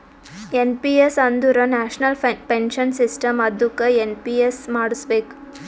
N P S ಅಂದುರ್ national pension system ಅದ್ದುಕ NPS ಮಾಡುಸ್ಬೇಕ್